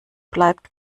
bleibt